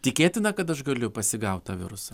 tikėtina kad aš galiu pasigaut tą virusą